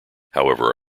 however